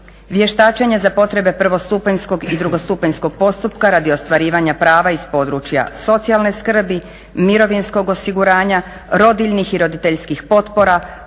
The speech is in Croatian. vještačenje za potrebe prvostupanjskog i drugostupanjskog postupka radi ostvarivanja prava iz područja socijalne skrbi, mirovinskog osiguranja, rodiljnih i roditeljskih potpora,